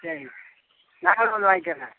சரிங்க நாங்களே வந்து வாங்கிக்கிறேங்க